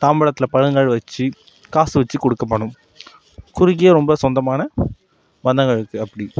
தாம்பாளத்துல பழங்கள் வைச்சு காசு வைச்சு கொடுக்கப்படும் குறுகிய ரொம்ப சொந்தமான பந்தங்களுக்கு அப்படி